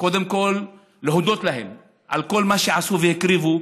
קודם כול להודות להם על כל מה שעשו והקריבו,